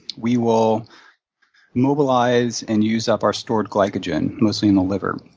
we will mobilize and use up our stored glycogen, mostly in the liver,